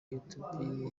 youtube